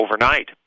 overnight